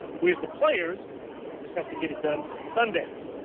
we as the players just have to get it done on sunday. so